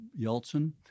Yeltsin